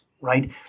right